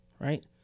Right